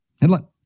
Headline